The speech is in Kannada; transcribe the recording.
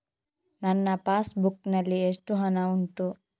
ನನ್ನ ಪಾಸ್ ಬುಕ್ ನಲ್ಲಿ ಎಷ್ಟು ಹಣ ಉಂಟು?